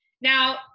now